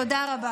תודה רבה.